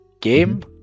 Game